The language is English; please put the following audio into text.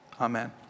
Amen